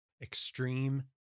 Extreme